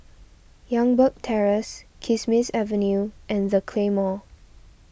Youngberg Terrace Kismis Avenue and the Claymore